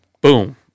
boom